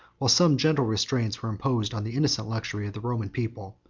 while some gentle restraints were imposed on the innocent luxury of the roman people,